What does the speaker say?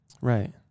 Right